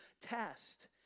test